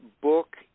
book